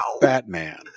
Batman